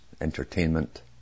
entertainment